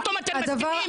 פתאום אתם מסכימים?